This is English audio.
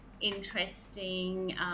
interesting